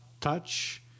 touch